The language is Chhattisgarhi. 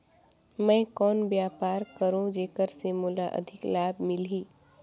मैं कौन व्यापार करो जेकर से मोला अधिक लाभ मिलही?